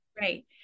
Right